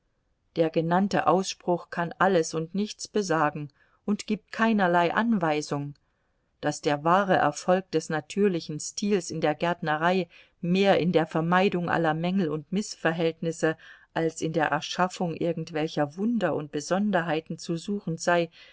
der genannte ausspruch kann alles und nichts besagen und gibt keinerlei anweisung daß der wahre erfolg des natürlichen stils in der gärtnerei mehr in der vermeidung aller mängel und mißverhältnisse als in der erschaffung irgendwelcher wunder und besonderheiten zu suchen sei